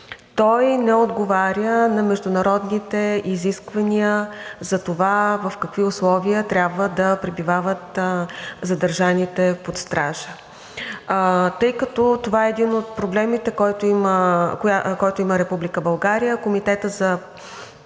Той не отговаря на международните изисквания за това в какви условия трябва да пребивават задържаните под стража. Тъй като това е един от проблемите, който има